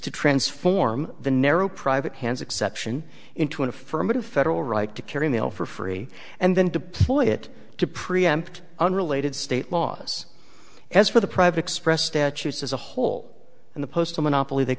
to transform the narrow private hands exception into an affirmative federal right to carry mail for free and then deploy it to preempt unrelated state laws as for the private statutes as a whole and the postal monopoly they